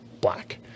black